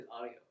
audio